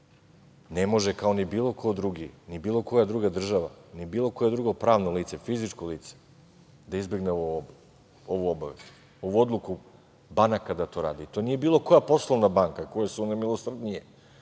ne može, kao ni bilo ko drugi, ni bilo koja druga država, ni bilo koje drugo pravno lice, fizičko lice da izbegne ovu obavezu, ovu odluku banaka da to radi. To nije bilo koja poslovna banka, koje su nemilosrdnije,